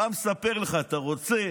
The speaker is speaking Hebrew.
בא ומספר לך: אתה רוצה